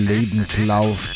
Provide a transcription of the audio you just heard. Lebenslauf